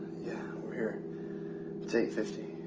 yeah, we're here. it's eight fifty,